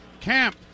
Camp